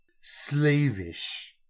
slavish